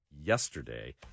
yesterday